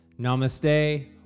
Namaste